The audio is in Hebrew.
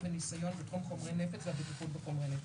וניסיון בתחום חומרי נפץ והבטיחות בחומרי נפץ.